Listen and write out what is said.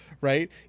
right